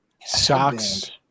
socks